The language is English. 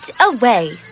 away